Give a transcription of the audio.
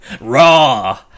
raw